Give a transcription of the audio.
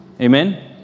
Amen